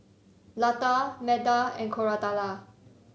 Lata Medha and Koratala